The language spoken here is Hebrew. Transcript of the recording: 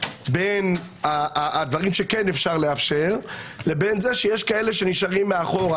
בין הדברים שכן אפשר לאפשר לבין זה שיש כאלה שנשארים מאחור,